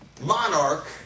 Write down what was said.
monarch